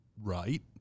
right